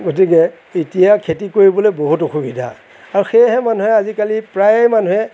গতিকে এতিয়া খেতি কৰিবলৈ বহুত অসুবিধা আৰু সেয়েহে মানুহে আজিকালি প্ৰায়ে মানুহে